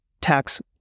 tax